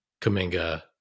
Kaminga